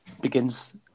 begins